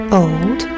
old